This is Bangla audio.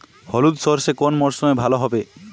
হলুদ সর্ষে কোন মরশুমে ভালো হবে?